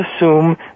assume